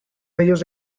bellos